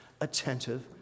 attentive